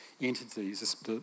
entities